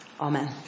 amen